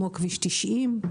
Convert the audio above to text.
כמו כביש 90,